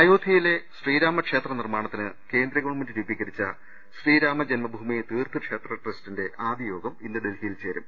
അയോധ്യയിലെ ശ്രീരാമ ക്ഷേത്ര നിർമ്മാണത്തിന് കേന്ദ്ര ഗവൺമെന്റ് രൂപീകരിച്ച ശ്രീരാമജന്മഭൂമി തീർത്ഥ് ക്ഷേത്ര ട്രസ്റ്റിന്റെ ആദ്യ യോഗം ഇന്ന് ഡൽഹിയിൽ ചേരും